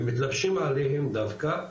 ומתלבשים עליהם דווקא,